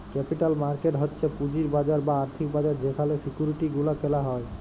capital market হচ্ছ পুঁজির বাজার বা আর্থিক বাজার যেখালে সিকিউরিটি গুলা কেলা হ্যয়